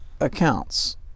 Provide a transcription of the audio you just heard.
accounts